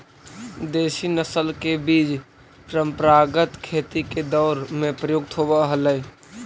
देशी नस्ल के बीज परम्परागत खेती के दौर में प्रयुक्त होवऽ हलई